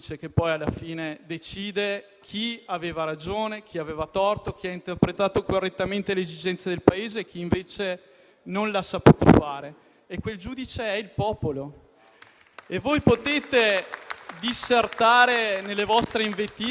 E quel giudice è il popolo. Nelle vostre invettive potete dissertare di quello che volete, ma il popolo si esprimerà prima o poi; potete rinviare all'infinito le elezioni, ma prima o poi quel giorno arriverà.